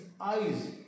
eyes